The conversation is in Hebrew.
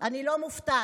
אני לא מופתעת.